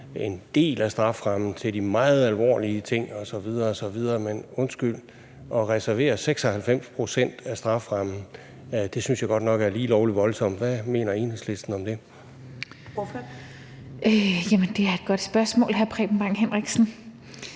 en del af strafferammen til de meget alvorlige ting osv. osv., men altså, at reservere 96 pct. af strafferammen synes jeg godt nok er lige lovlig voldsomt. Hvad mener Enhedslisten om det? Kl. 14:47 Første næstformand (Karen